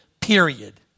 period